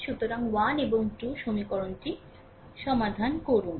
সুতরাং 1 এবং 2 সমীকরণটি সমাধান করুন